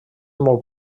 molt